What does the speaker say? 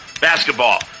Basketball